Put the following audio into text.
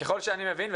ככל שאני מבין,